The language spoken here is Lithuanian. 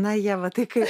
na ieva tai kaip